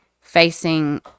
facing